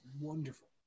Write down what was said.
wonderful